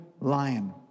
lion